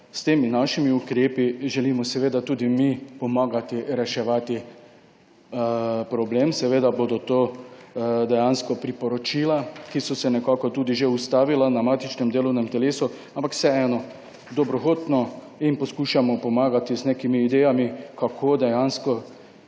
s temi našimi ukrepi želimo seveda tudi mi pomagati reševati problem. Seveda bodo to dejansko priporočila, ki so se nekako tudi že ustavila na matičnem delovnem telesu, ampak vseeno, dobrohotno jim poskušamo pomagati z nekimi idejami, kako dejansko